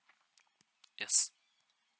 yes